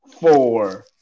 four